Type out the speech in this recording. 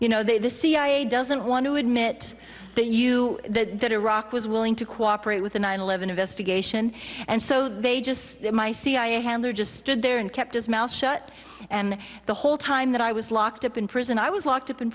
you know the cia doesn't want to admit that you that that iraq was willing to cooperate with the nine eleven investigation and so they just my cia handler just stood there and kept his mouth shut and the whole time that i was locked up in prison i was locked up in